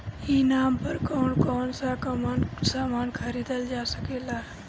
ई नाम पर कौन कौन समान खरीदल जा सकेला?